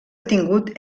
tingut